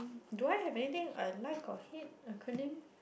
do I have anything I like or hate acronym